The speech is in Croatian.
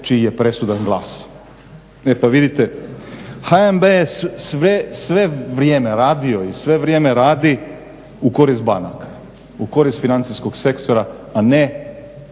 HNB je sve vrijeme radio i sve vrijeme radi u korist banaka, u korist financijskog sektora, a ne